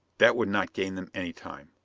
that would not gain them any time,